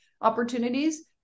opportunities